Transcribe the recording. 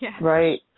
Right